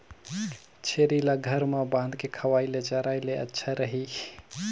छेरी ल घर म बांध के खवाय ले चराय ले अच्छा रही?